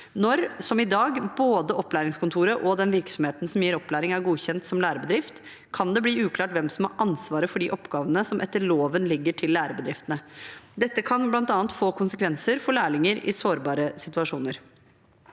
Når, som i dag, både opplæringskontoret og den virksomheten som gir opplæring, er godkjent som lærebedrift, kan det bli uklart hvem som har ansvaret for de oppgavene som etter loven ligger til lærebedriftene. Dette kan bl.a. få konsekvenser for lærlinger i sårbare situasjoner.